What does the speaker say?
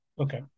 Okay